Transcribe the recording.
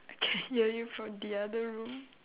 I can hear you from the other room